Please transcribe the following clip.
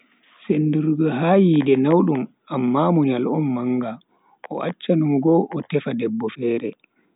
Sendurgo ha yiide naudum amma munyal on manga, o accha numugo o tefa debbo fere.